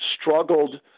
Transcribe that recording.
struggled –